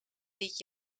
dit